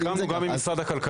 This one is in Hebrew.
היה לנו תהליך גם עם משרד הכלכלה.